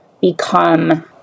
become